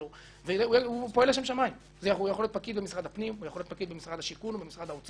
בצלאל --- הם עשו את זה כארגון עובדים?